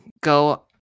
go